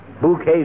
Bouquets